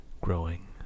growing